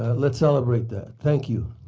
ah let's celebrate that. thank you.